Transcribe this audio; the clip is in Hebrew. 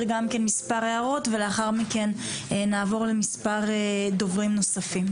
גם כן מספר הערות ולאחר מכן נעבור למספר דוברים נוספים,